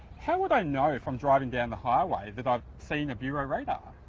how would i know if i'm driving down the highway that i've seen a bureau radar?